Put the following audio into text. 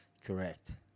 Correct